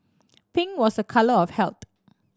pink was a colour of health